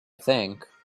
think